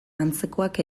antzekoak